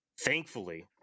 thankfully